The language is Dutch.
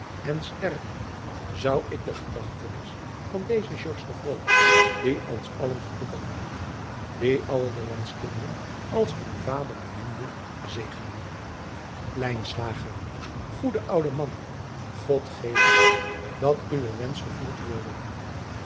en stervende zou ik de gedachtenis van dezen den vromen die ons allen gelukkig maakte die alle de landskinderen als een vader beminde zegenen oede oude man od geve dat uwe wensch vervuld worde